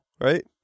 right